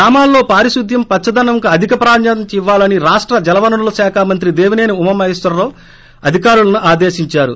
గ్రామాల్లో పారిశుద్ధ్యం పచ్చదనంకు అధిక ప్రాధాన్యత ఇవ్వాలని రాష్ట్ర రాష్ట్ర జలవనరులశాఖ మంత్రి దేవినేని ఉమామహేశ్వరరావు అధికారులను ఆదేశిందారు